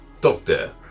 doctor